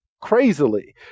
crazily